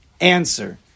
answer